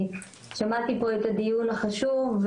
שמעתי פה את הדיון החשוב.